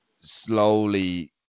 slowly